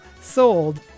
sold